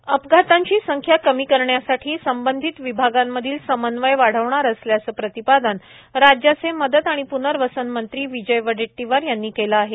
चंद्रपुर अपघातांची संख्या कमी करण्यासाठी संबंधित विभागांमधील समन्वय वाढविणार असल्याच प्रतिपादन राज्याचे मदत आणि प्नर्वसन मंत्री विजय वडेट्टीवार यांनी केल आहे